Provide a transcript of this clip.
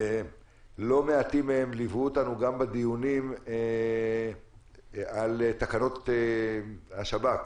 לא מעטים מהם ליוו אותנו גם בדיונים על תקנות השב"כ.